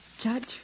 Judge